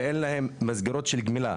כשאין להם מסגרות של גמילה.